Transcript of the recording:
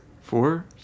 Four